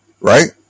right